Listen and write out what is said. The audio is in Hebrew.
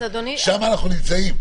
שם אנחנו נמצאים.